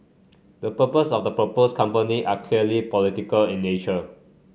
the purpose of the proposed company are clearly political in nature